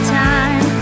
time